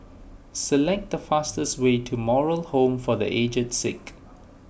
select the fastest way to Moral Home for the Aged Sick